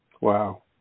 Wow